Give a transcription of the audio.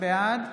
בעד